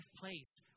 place